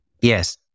Yes